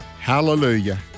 Hallelujah